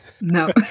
No